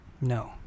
No